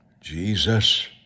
Jesus